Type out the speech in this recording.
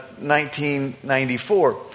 1994